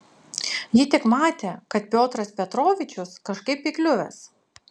ji tik matė kad piotras petrovičius kažkaip įkliuvęs